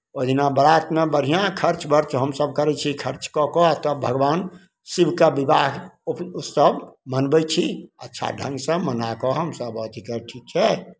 ओहि दिना बारातमे बढ़िआँ खर्च वर्च हमसभ करै छी खर्च कऽ कऽ तब भगवान शिवके विवाह उप् उत्सब मनबै छी अच्छा ढङ्गसँ मना कऽ हमसभ अथी करै ठीक छै